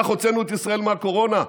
כך הוצאנו את ישראל מהקורונה,